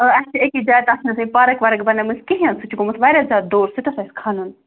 آ اَسہِ چھِ أکِس جایہِ تَتھ چھَنہٕ اَسہِ پارَک وارَک بَنٲومٕژ کِہیٖنۍ سُہ چھُ گوٚمُت واریاہ زیادٕ دوٚر سُہ تہِ اوس اَسہِ کھَنُن